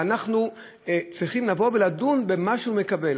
ואנחנו צריכים לבוא ולדון במה שהוא מקבל.